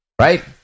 Right